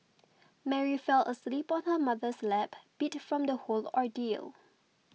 Mary fell asleep on her mother's lap beat from the whole ordeal